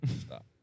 Stop